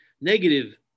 negative